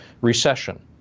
recession